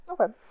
Okay